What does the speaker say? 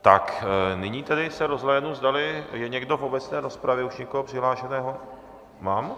Tak nyní tedy se rozhlédnu, zdali je někdo v obecné rozpravě, už nikoho přihlášeného... mám?